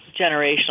generational